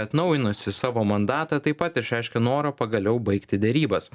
atnaujinusi savo mandatą taip pat išreiškė norą pagaliau baigti derybas